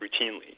routinely